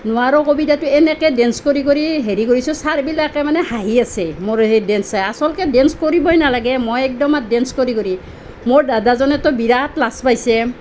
নোৱাৰোঁ কবিতাটো এনেকৈ ডেন্স কৰি কৰি হেৰি কৰিছোঁ চাৰবিলাকে মানে হাঁহি আছে মোৰ সেই ডেন্স চাই আচলতে ডেন্স কৰিবই নালাগে মই একদম আৰু ডেন্স কৰি কৰি মোৰ দাদাজনেতো বিৰাট লাজ পাইছে